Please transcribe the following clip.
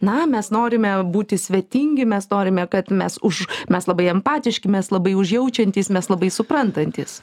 na mes norime būti svetingi mes norime kad mes už mes labai empatiški mes labai užjaučiantys mes labai suprantantys